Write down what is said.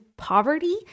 poverty